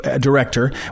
director